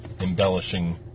embellishing